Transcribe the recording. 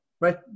right